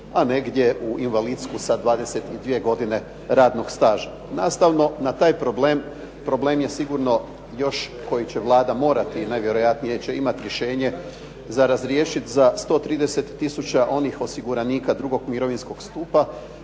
a negdje u invalidsku sa 22 godine radnog staža. Nastavno na taj problem, problem je sigurno još koji će Vlada morati, najvjerojatnije će imati rješenje za razriješiti za 130 tisuća onih osiguranika drugog mirovinskog stupa